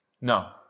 No